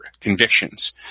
convictions